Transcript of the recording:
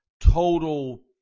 total